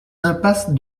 impasse